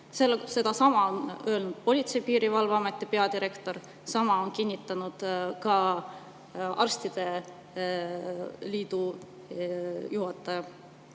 Sedasama on öelnud Politsei- ja Piirivalveameti peadirektor, sama on kinnitanud ka arstide liidu juht.